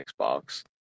Xbox